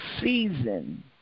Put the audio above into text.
season